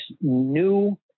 new